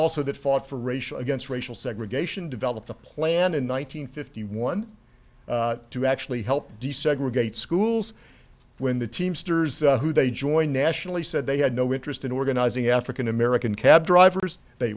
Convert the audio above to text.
also that fought for racial against racial segregation developed a plan in one nine hundred fifty one to actually help desegregate schools when the teamsters who they joined nationally said they had no interest in organizing african american cabdrivers they